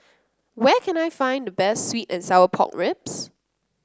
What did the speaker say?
where can I find the best sweet and Sour Pork Ribs